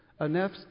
enough